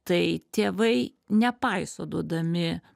tai tėvai nepaiso duodami